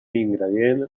ingredient